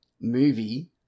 movie